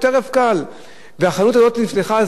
זה מה שמבשר את הדבר הזה,